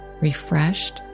refreshed